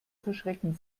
verschrecken